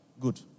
good